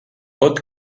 pot